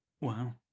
wow